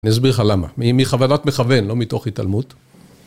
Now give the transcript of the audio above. נסביר לך למה. מכוונת מכוון, לא מתוך התעלמות.